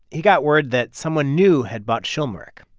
he got word that someone new had bought schulmerich,